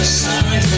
sorry